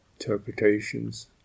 interpretations